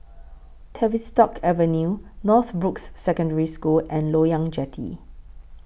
Tavistock Avenue Northbrooks Secondary School and Loyang Jetty